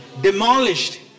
demolished